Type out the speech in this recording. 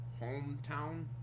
hometown